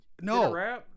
No